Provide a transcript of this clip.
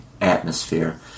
atmosphere